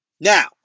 Now